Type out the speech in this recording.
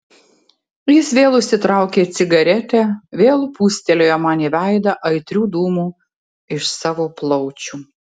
jis vėl užsitraukė cigaretę vėl pūstelėjo man į veidą aitrių dūmų iš savo plaučių